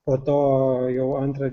po to jau antra